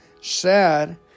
sad